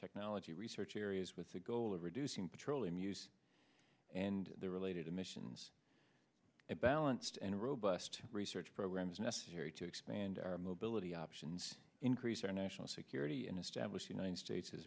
technology research areas with the goal of reducing petroleum use and the related emissions a balanced and robust research programs necessary to expand our mobility options increase our national security and establish united states